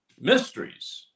Mysteries